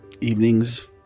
evenings